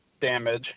damage